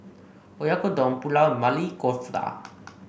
Oyakodon Pulao and Maili Kofta